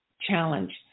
challenge